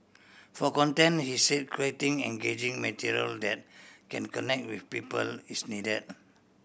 for content he say creating engaging material that can connect with people is needed